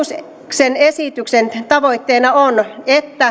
hallituksen esityksen tavoitteena on että